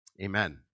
Amen